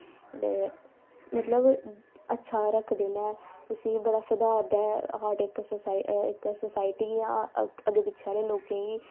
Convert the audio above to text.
ते मतलव अच्छा रक्खदे न उसी बड़ा सधारदा ऐ आर्ट इक सोसाईटी गी अग्गे पिच्छे आह्ले लोकें गी